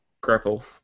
Grapple